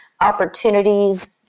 opportunities